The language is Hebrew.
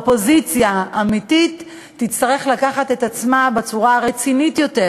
אופוזיציה אמיתית תצטרך לקחת את עצמה בצורה רצינית יותר